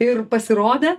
ir pasirodė